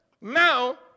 now